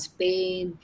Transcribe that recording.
Spain